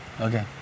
Okay